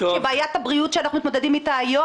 כי בעיית הבריאות שאנחנו מתמודדים איתה היום,